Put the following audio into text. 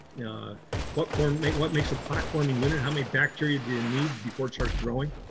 yeah what form, what makes a platforming unit. how many bacteria do you need before it starts growing?